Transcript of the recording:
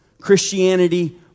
Christianity